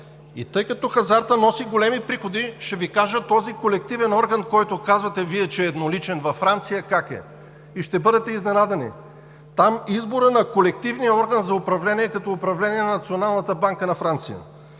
Тъй като хазартът носи големи приходи, ще Ви кажа, че този колективен орган, за който Вие казвате, че е едноличен, във Франция как е и ще бъдете изненадани – там изборът на колективния орган за управление е като управление на Националната банка на Франция.